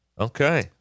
okay